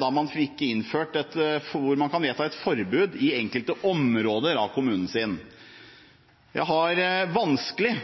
da man fikk innført at man kan vedta et forbud i enkelte områder av kommunen sin. Jeg har vanskelig